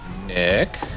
Nick